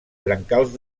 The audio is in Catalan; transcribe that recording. brancals